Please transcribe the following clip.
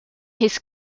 his